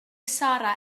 sarra